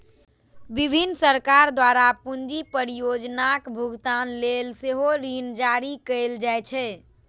विभिन्न सरकार द्वारा पूंजी परियोजनाक भुगतान लेल सेहो ऋण जारी कैल जाइ छै